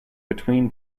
between